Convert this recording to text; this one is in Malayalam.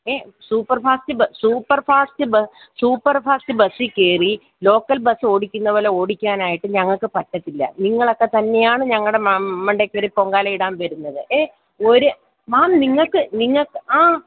ഏ super fast super fast super fast bus super fast ബസ്സിൽക്കയറി ലോക്കൽ ബസ്സോടിക്കുന്നതു പോലെ ഓടിക്കാനായിട്ട് ഞങ്ങൾക്ക് പറ്റത്തില്ല നിങ്ങളൊക്കെ തന്നെയാണ് ഞങ്ങളുടെ മണ്ടയിൽക്കയറി പൊങ്കാലയിടാൻ വരുന്നത് ഏ ഒരു മേം നിങ്ങൾക്ക് നിങ്ങൾക്ക് ആ